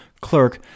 clerk